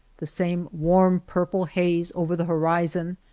the same warm purple haze over the horizon,